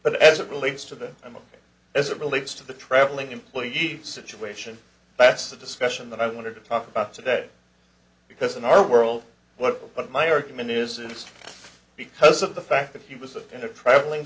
but as it relates to the as it relates to the traveling employee situation that's the discussion that i want to talk about today because in our world what but my argument is this because of the fact that he was in a troubling